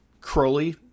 Crowley